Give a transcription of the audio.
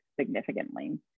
significantly